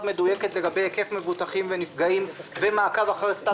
מדויקת לגבי היקף מבוטחים ונפגעים ומעקב אחר סטטוס התשלום.